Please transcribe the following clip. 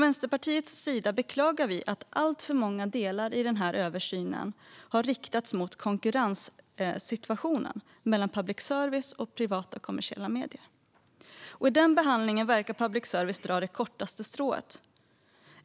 Vänsterpartiet beklagar att alltför mycket i denna översyn har fokuserat på konkurrenssituationen mellan public service och privata, kommersiella medier. I denna behandling verkar public service dra det kortaste strået.